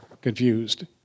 confused